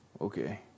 Okay